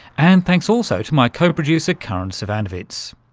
and thanks also to my co-producer karin zsivanovits.